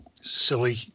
silly